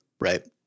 right